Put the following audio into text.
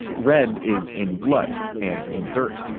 red is in blood and in dirt.